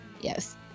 yes